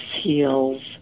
heals